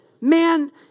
Man